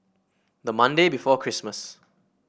the Monday before Christmas